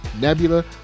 nebula